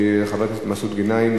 של חבר הכנסת מסעוד גנאים,